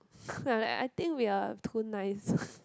then I like I think we are too nice